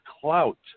clout